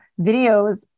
videos